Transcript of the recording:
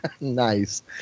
Nice